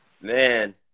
man